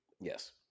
Yes